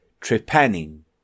trepanning